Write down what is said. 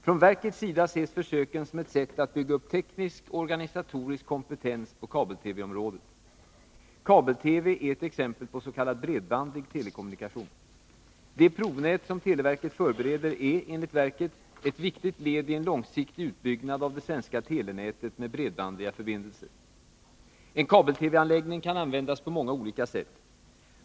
Från verkets sida ses försöken som ett sätt att bygga upp teknisk och organisatorisk kompetens på kabel-TV-området. Kabel-TV är ett exempel på s.k. bredbandig telekommunikation. De provnät som televerket förbereder är, enligt verket, ett viktigt led i en långsiktig utbyggnad av det svenska telenätet med bredbandiga förbindelser. En kabel-TV-anläggning kan användas på många olika sätt.